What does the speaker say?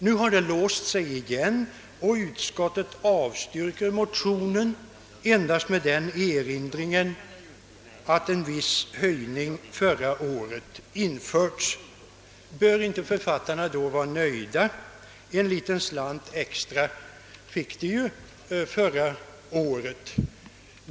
Nu har det emellertid låst sig igen, och utskottet avstyrker motionen endast med erinran om att en viss höjning genomfördes förra året. Bör författarna då inte vara nöjda? En liten slant extra fick de ju förra året.